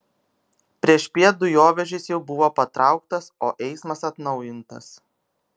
priešpiet dujovežis jau buvo patrauktas o eismas atnaujintas